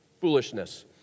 foolishness